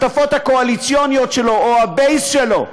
שהשותפות הקואליציוניות שלו, או: ה-base שלו,